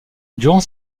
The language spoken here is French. durant